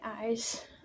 eyes